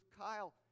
Kyle